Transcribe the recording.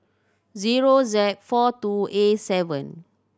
zero Z four two A seven